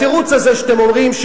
התירוץ הזה שאתם אומרים,